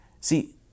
See